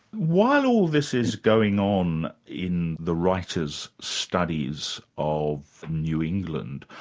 while all this is going on in the writers' studies of new england,